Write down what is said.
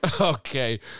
Okay